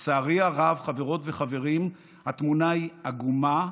לצערי הרב, חברות וחברים, התמונה היא עגומה,